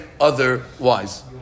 otherwise